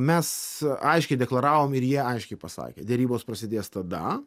mes aiškiai deklaravom ir jie aiškiai pasakė derybos prasidės tada